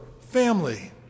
family